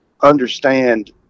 understand